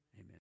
Amen